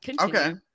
Okay